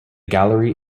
gallery